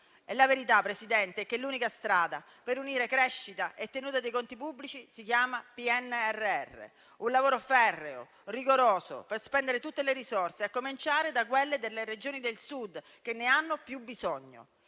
La verità, Presidente, è che l'unica strada per unire crescita e tenuta dei conti pubblici si chiama PNRR: un lavoro ferreo, rigoroso per spendere tutte le risorse, a cominciare da quelle delle Regioni del Sud che ne hanno più bisogno.